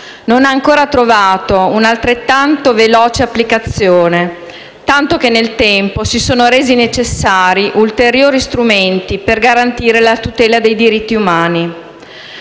non ha ancora trovato un'applicazione altrettanto veloce, tanto che nel tempo si sono resi necessari ulteriori strumenti per garantire la tutela dei diritti umani.